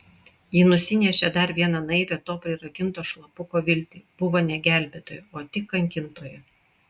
ji nusinešė dar vieną naivią to prirakinto šlapuko viltį buvo ne gelbėtoja o tik kankintoja